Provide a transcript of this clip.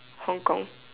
Hong-Kong